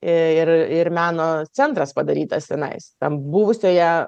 ir ir meno centras padarytas tenais tam buvusioje